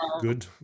good